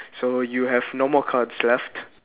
so you have no more cards left